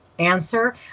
answer